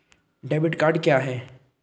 Debit card क्या है?